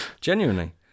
genuinely